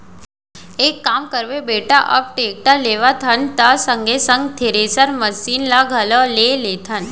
एक काम करबे बेटा अब टेक्टर लेवत हन त संगे संग थेरेसर मसीन ल घलौ ले लेथन